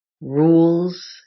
Rules